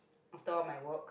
after all my work